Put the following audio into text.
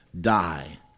die